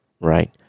Right